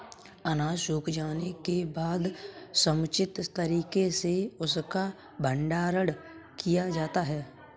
अनाज सूख जाने के बाद समुचित तरीके से उसका भंडारण किया जाता है